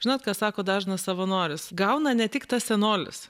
žinot ką sako dažnas savanoris gauna ne tik tas senolis